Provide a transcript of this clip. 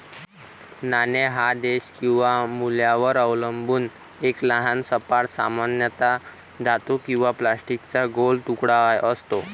नाणे हा देश किंवा मूल्यावर अवलंबून एक लहान सपाट, सामान्यतः धातू किंवा प्लास्टिकचा गोल तुकडा असतो